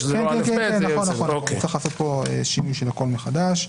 כן, צריך לעשות פה שינוי של הכול מחדש.